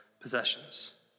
possessions